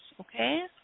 okay